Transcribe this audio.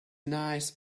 nice